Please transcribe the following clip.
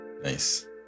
Nice